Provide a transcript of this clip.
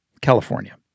California